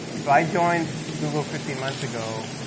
so i joined google fifteen months ago.